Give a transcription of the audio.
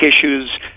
issues